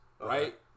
right